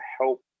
help